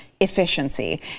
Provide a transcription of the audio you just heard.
efficiency